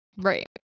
Right